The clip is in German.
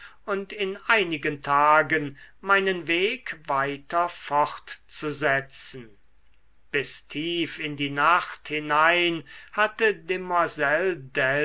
und in einigen tagen meinen weg weiter fortzusetzen bis tief in die nacht hinein hatte